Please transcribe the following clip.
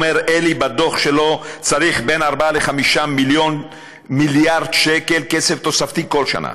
אומר אלי בדוח שלו: צריך בין 4 ל-5 מיליארד שקל כסף תוספתי כל שנה.